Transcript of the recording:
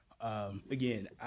Again